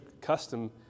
custom